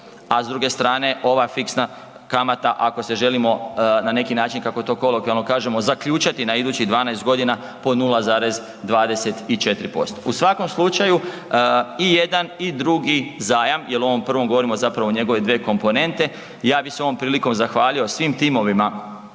a s druge strane ova fiksna kamata ako se želimo na neki način kako to kolokvijalno kažemo zaključati na idućih 12 godina po 0,24%. U svakom slučaju i jedan i drugi zajam jel o ovom prvom govorimo o njegove dvije komponente. Ja bih se ovom prilikom zahvalio svim timovima